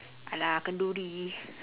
alah kenduri